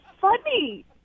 funny